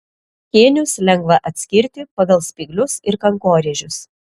kėnius lengva atskirti pagal spyglius ir kankorėžius